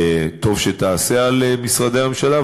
טוב שתעשה על משרדי הממשלה,